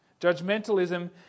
Judgmentalism